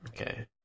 Okay